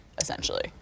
essentially